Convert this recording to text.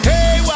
Hey